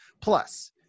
Plus